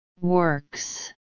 Works